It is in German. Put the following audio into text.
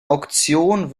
auktion